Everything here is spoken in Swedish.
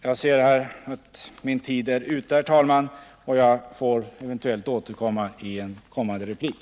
Jag ser nu att min taletid är ute, herr talman, och jag får eventuellt återkomma i en replik.